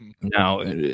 now